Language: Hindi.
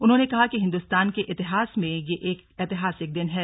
उन्होंने कहा कि हिंदुस्तान के इतिहास में ये एक एतिहासिक दिन है